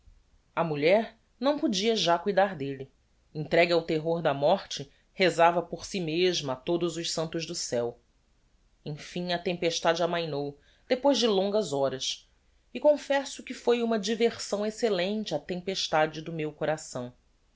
a mulher não podia já cuidar delle entregue ao terror da morte rezava por si mesma a todos os santos do céu emfim a tempestade amainou depois de longas horas e confesso que foi uma diversão excellente á tempestade do meu coração